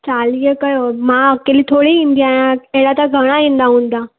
चालीह कयो मां अकेली थोरी ईंदी आहियां अहिड़ा त घणा ईंदा हूंदा